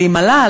ואם הוא עלה,